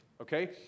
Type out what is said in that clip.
Okay